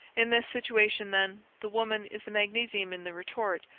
in this situation, then, the woman is the magnesium in the retort,